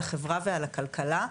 על החברה ועל הכלכלה,